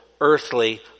earthly